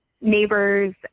neighbors